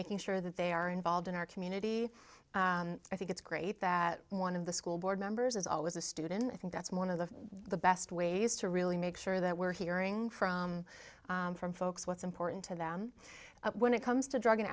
making sure that they are involved in our community i think it's great that one of the school board members is always a student i think that's one of the best ways to really make sure that we're hearing from from folks what's important to them when it comes to drug and